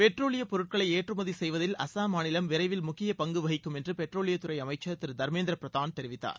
பெட்ரோலியப் பொருட்களை ஏற்றுமதி செய்வதில் அசாம் மாநிலம் விரைவில் முக்கிய பங்கு வகிக்கும் என்று பெட்ரோலியத்துறை அமைச்சர் திரு தர்மேந்திர பிரதான் தெரிவித்தார்